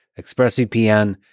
ExpressVPN